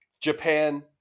Japan